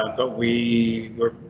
but we were,